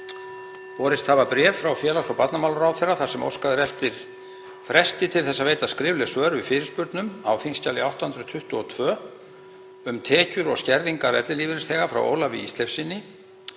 Borist hafa bréf frá félags- og barnamálaráðherra þar sem óskað er eftir fresti til þess að veita skrifleg svör við fyrirspurnum á þskj. 822, um tekjur og skerðingar ellilífeyrisþega, frá Ólafi Ísleifssyni,